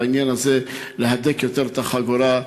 בעניין הזה להדק יותר את החגורה,